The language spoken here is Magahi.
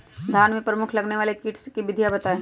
धान में लगने वाले प्रमुख कीट एवं विधियां बताएं?